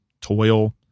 toil